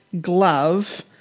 glove